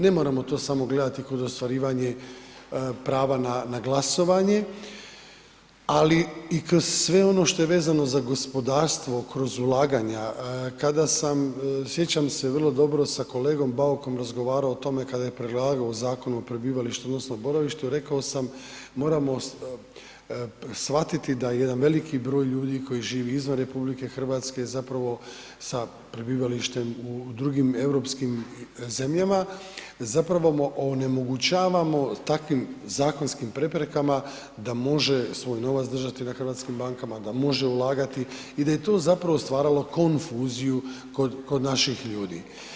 Ne moramo to samo gledati kroz ostvarivanje prava na glasovanje, ali i kroz sve ono što se vezano za gospodarstvo, kroz ulaganja, kada sam, sjećam se vrlo dobro, sa kolegom Baukom razgovarao o tome kada je predlagao Zakon o prebivalištu odnosno boravištu, rekao sam, moramo shvatiti da jedan veliki broj ljudi koji živi izvan RH zapravo sa prebivalištem u drugim europskim zemljama zapravo onemogućavamo takvim zakonskim preprekama da može svoj novac držati na hrvatskim bankama, da može ulagati i da je to zapravo stvaralo konfuziju kod naših ljudi.